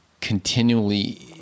continually